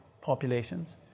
populations